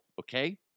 okay